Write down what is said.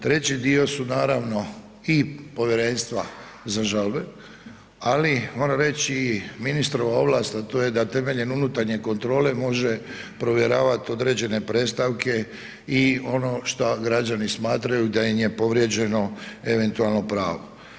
Treći dio su naravno i povjerenstva za žalbe, ali moram reći i ministrova ovlast, a to je da temeljem unutarnje kontrole može provjeravat određene predstavke i ono šta građani smatraju da im je povrijeđeno eventualno pravo.